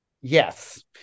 Yes